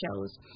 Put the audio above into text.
shows